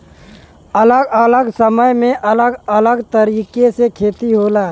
अलग अलग समय में अलग तरीके से खेती होला